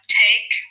take